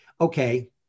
okay